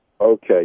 Okay